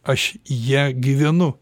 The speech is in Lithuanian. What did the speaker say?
aš ja gyvenu